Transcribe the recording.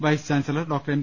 vice chancellor doctor M